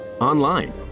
online